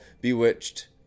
bewitched